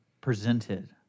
presented